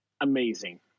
amazing